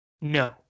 No